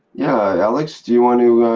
yeah, alekz do you want to.